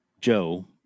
Joe